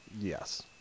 Yes